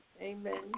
Amen